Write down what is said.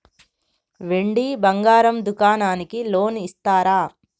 వెండి బంగారం దుకాణానికి లోన్ ఇస్తారా?